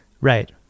right